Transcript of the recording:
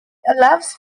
allows